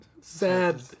Sad